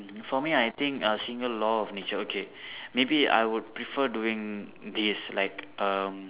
for me I think uh single law of nature okay maybe I would prefer doing this like um